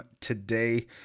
today